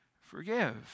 Forgive